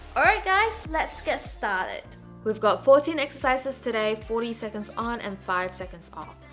all right, guys, let's get started we've got fourteen exercises today forty seconds on and five seconds off.